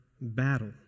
battle